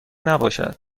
نباشد